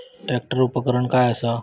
Tractor उपकरण काय असा?